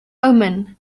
omen